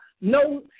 no